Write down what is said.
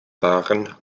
waren